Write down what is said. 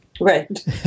Right